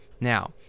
Now